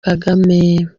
kagame